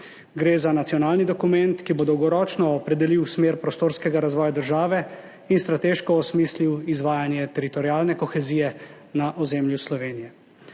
Gre za nacionalni dokument, ki bo dolgoročno opredelil smer prostorskega razvoja države in strateško osmislil izvajanje teritorialne kohezije na ozemlju Slovenije.